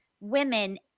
women